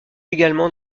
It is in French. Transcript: également